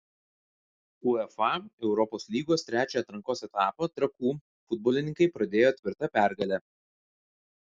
uefa europos lygos trečią atrankos etapą trakų futbolininkai pradėjo tvirta pergale